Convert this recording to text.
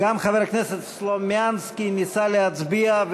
גם חבר הכנסת סלומינסקי ניסה להצביע.